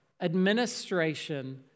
administration